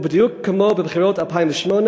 ובדיוק כמו בבחירות 2008,